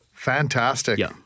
Fantastic